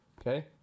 Okay